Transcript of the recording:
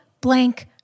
blank